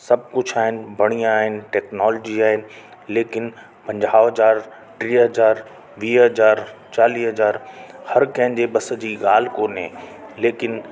सभु कुझु आहिनि बढ़िया आहिनि टेक्नोलॉजी आहिनि लेकिन पंजाहु हज़ार टीह हज़ार वीह हज़ार चालीह हज़ार हर कंहिंजे बसि जी ॻाल्हि कोन्हे लेकिन